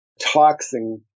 toxin